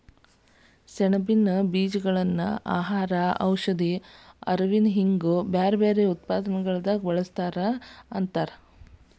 ಸೆಣಬಿನ ಬೇಜಗಳನ್ನ ಆಹಾರ, ಔಷಧಿ, ಅರವಿ ಹಿಂಗ ಬ್ಯಾರ್ಬ್ಯಾರೇ ಉತ್ಪನ್ನಗಳಲ್ಲಿ ಬಳಸ್ತಾರ ಅನ್ನಲಾಗ್ತೇತಿ